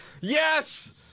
yes